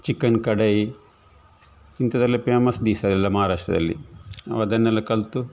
chicken kadai ಇಂಥದೆಲ್ಲ famous these ಅವೆಲ್ಲ ಮಹಾರಾಷ್ಟ್ರದಲ್ಲಿ ನಾವು ಅದನ್ನೆಲ್ಲ ಕಲಿತು